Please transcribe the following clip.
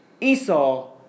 Esau